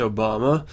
Obama